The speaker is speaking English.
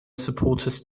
supporters